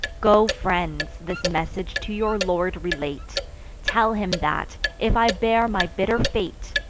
go, friends, this message to your lord relate tell him, that, if i bear my bitter fate,